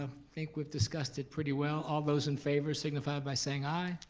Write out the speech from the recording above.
um think we've discussed it pretty well. all those in favor signify by saying aye.